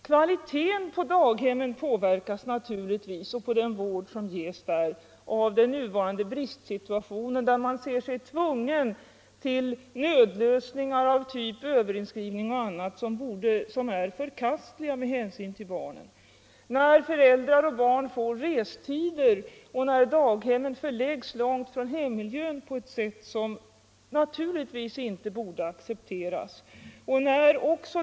Kvaliteten på daghemmen och på den vård som ges där påverkas naturligtvis av den nuvarande bristsituationen. Man tar till nödlösningar av typ överinskrivning, som är förkastliga med hänsyn till barnen. Föräldrar och barn får restider när daghemmen förläggs långt från hemmiljön på ett sätt som naturligtvis inte borde accepteras.